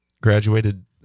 Graduated